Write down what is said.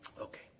Okay